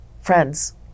friends